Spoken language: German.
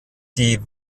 die